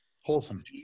Wholesome